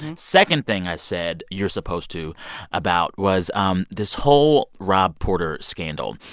and second thing i said you're supposed to about was um this whole rob porter scandal.